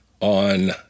on